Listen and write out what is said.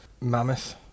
Mammoth